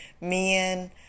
men